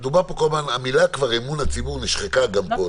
המילה "אמון הציבור" כבר נשחקה גם פה,